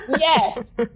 yes